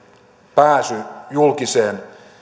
pääsy julkisiin